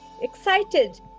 excited